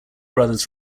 brothers